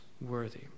worthy